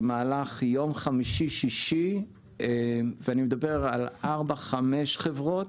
ואני מדבר על ארבע-חמש חברות,